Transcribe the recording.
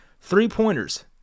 Three-pointers